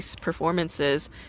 performances